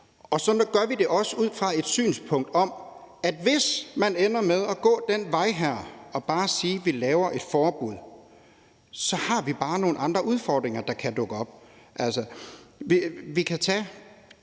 er. Men vi har også et synspunkt om, at der, hvis man ender med at gå den her vej og bare sige, at man laver et forbud, så bare er nogle andre udfordringer, der kan dukke op.